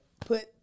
put